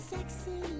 Sexy